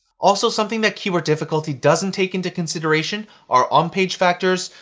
also, something that keyword difficulty doesn't take into consideration are on-page factors,